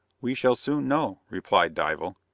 we shall soon know, replied dival.